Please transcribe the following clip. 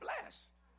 blessed